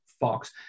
fox